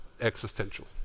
existential